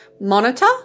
monitor